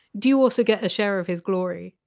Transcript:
do you also get a share of his glory?